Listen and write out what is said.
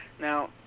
Now